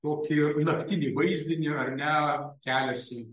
tokį naktinį vaizdinį ar ne keliasi